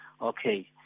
Okay